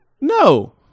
No